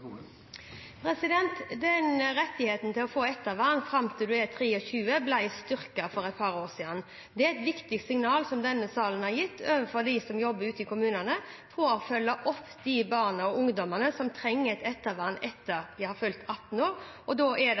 Rettigheten til å få ettervern fram til man er 23 år, ble styrket for et par år siden. Det er et viktig signal som denne salen har gitt dem som jobber i kommunene, for å følge opp de ungdommene som trenger et ettervern etter at de har fylt 18 år – og her er det